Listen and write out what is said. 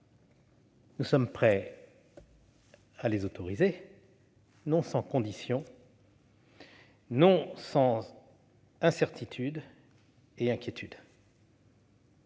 nous sommes prêts à les autoriser, mais non sans conditions, sans incertitude, sans inquiétude.